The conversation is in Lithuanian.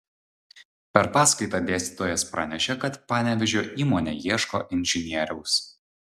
per paskaitą dėstytojas pranešė kad panevėžio įmonė ieško inžinieriaus